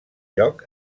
lloc